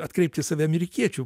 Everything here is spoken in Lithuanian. atkreipt į save amerikiečių